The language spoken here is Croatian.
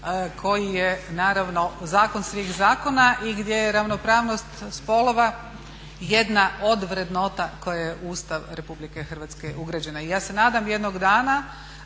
koji je naravno zakon svih zakona i gdje je ravnopravnost spolova jedna od vrednota koja je u Ustav RH ugrađena. I ja se nadam jednog dana